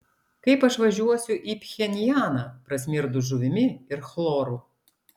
kaip aš važiuosiu į pchenjaną prasmirdus žuvimi ir chloru